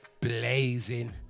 blazing